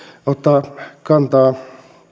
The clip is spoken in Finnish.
ottaa kantaa